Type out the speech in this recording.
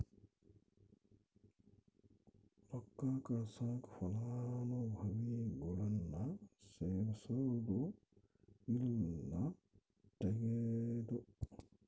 ರೊಕ್ಕ ಕಳ್ಸಾಕ ಫಲಾನುಭವಿಗುಳ್ನ ಸೇರ್ಸದು ಇಲ್ಲಾ ತೆಗೇದು